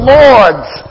lords